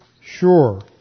Sure